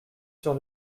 sur